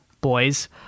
boys